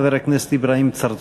חבר הכנסת אברהים צרצור.